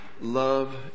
love